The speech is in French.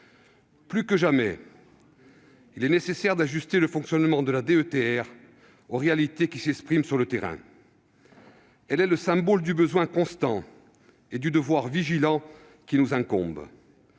Plus que jamais, il est nécessaire d'ajuster le fonctionnement de la DETR aux réalités qui s'expriment sur le terrain. Cette dotation est le symbole du besoin constant et du devoir vigilant qui nous incombe,